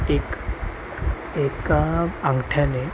एक एका अंगठ्याने